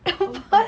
empat